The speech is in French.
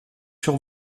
sur